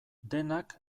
denak